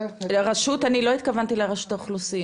אני רוצה לתת לגברתי ענבל משש,